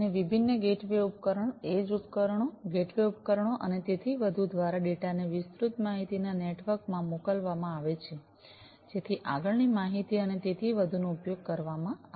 અને વિભિન્ન ગેટવે ઉપકરણોએડ્જ ઉપકરણો ગેટવે ઉપકરણો અને તેથી વધુ દ્વારા ડેટાને વિસ્તૃત માહિતીના નેટવર્ક માં મોકલવામાં આવે છે જેથી આગળની માહિતી અને તેથી વધુનો ઉપયોગ કરવામાં આવે